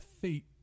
feet